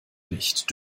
licht